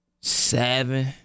seven